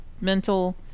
mental